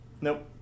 Nope